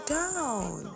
down